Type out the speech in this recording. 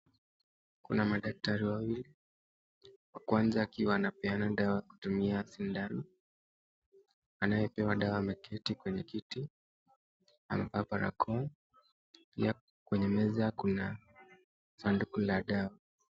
Kuna madaktari wawili wa kwanza akiwa anapeana dawa kutumia sindano anayepewa dawa ameketi kwenye kiti, amevaa barakoa pia kwenye meza kuna sanduku la dawa.